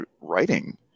writing